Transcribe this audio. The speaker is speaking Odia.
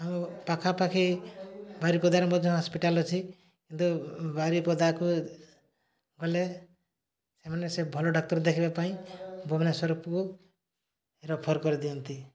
ଆମ ପାଖାପାଖି ବାରିପଦାରେ ମଧ୍ୟ ହସ୍ପିଟାଲ ଅଛି କିନ୍ତୁ ବାରିପଦାକୁ ଗଲେ ସେମାନେ ସେ ଭଲ ଡାକ୍ତର ଦେଖିବା ପାଇଁ ଭୁବନେଶ୍ୱରକୁ ରେଫର କରିଦିଅନ୍ତି